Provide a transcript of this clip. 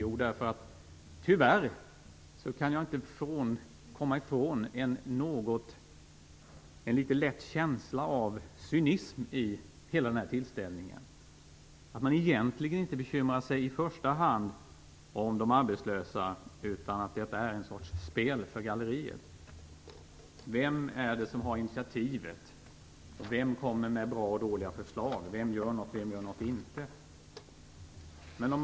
Jo, därför att jag tyvärr inte kan komma ifrån en lätt känsla av cynism i hela den här tillställningen, att man inte i första hand bekymrar sig om de arbetslösa, utan att detta är ett slags spel för galleriet: Vem är det som har initiativet, vem kommer med bra och dåliga förslag, vem gör något och vem gör inte något?